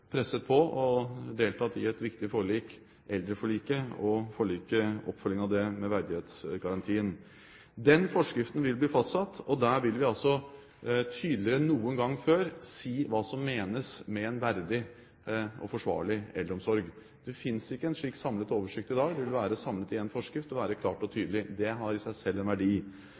presset på og deltatt i et viktig forlik, eldreforliket, og oppfølging av det med verdighetsgarantien. Den forskriften vil bli fastsatt, og der vil vi tydeligere enn noen gang før si hva som menes med en verdig og forsvarlig eldreomsorg. Det finnes ikke en slik samlet oversikt i dag, det vil være samlet i én forskrift og være klart og tydelig. Det har i seg selv en verdi.